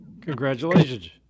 Congratulations